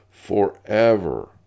forever